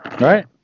Right